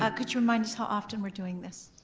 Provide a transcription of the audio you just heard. ah could you remind us how often we're doing this?